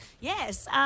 Yes